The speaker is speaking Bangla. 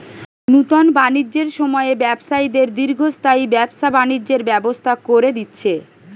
নুতন বাণিজ্যের সময়ে ব্যবসায়ীদের দীর্ঘস্থায়ী ব্যবসা বাণিজ্যের ব্যবস্থা কোরে দিচ্ছে